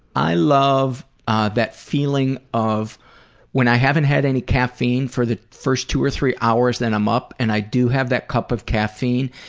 i love ah that feeling of when i haven't had any caffeine for the first two or three hours that i'm up, and i do have that cup of caffeine,